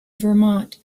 vermont